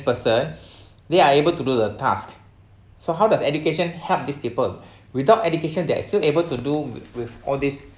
person they are able to do the task so how does education helped these people without education they are still able to do with with all these